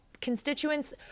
constituents